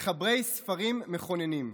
מחברי ספרים מכוננים,